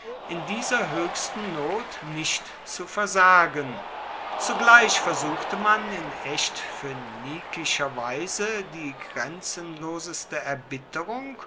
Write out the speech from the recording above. in dieser höchsten not nicht zu versagen zugleich versuchte man in echt phönikischer weise die grenzenloseste erbitterung